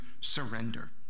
surrender